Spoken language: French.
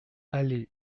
allée